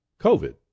COVID